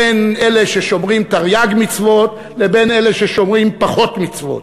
בין אלה ששומרים תרי"ג מצוות לבין אלה ששומרים פחות מצוות,